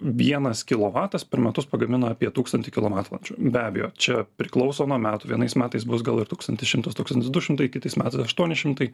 vienas kilovatas per metus pagamina apie tūkstantį kilovatvalandžių be abejo čia priklauso nuo metų vienais metais bus gal ir tūkstantis šimtas tūkstantis du šimtai kitais metais aštuoni šimtai